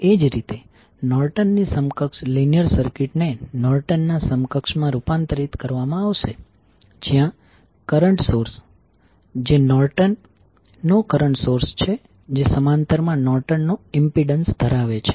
એ જ રીતે નોર્ટન ની સમકક્ષ લીનીયર સર્કિટને નોર્ટન ના સમકક્ષ માં રૂપાંતરિત કરવામાં આવશે જ્યાં કરંટ સોર્સ જે નોર્ટન નો કરંટ સોર્સ છે જે સમાંતર માં નોર્ટન નો ઇમ્પિડન્સ ધરાવે છે